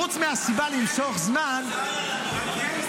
חוץ מהסיבה למשוך זמן --- מלכיאלי,